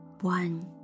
one